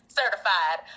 certified